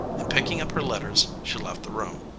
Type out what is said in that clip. and picking up her letters she left the room.